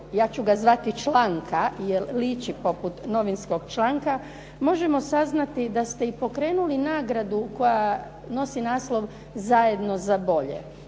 ja ću ga zvati članka, jer liči poput novinskog članka, možemo saznati da ste pokrenuli i nagradu koja ima naslov "Zajedno za bolje".